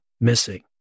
missing